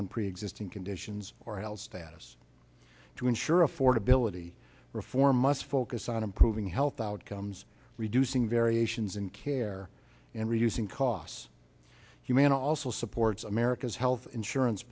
on preexisting conditions or else status to ensure affordability reform must focus on improving health outcomes reducing variations in care and reducing costs humana also supports america's health insurance